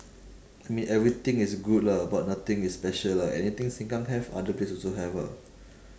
I mean everything is good lah but nothing is special lah anything seng kang have other place also have ah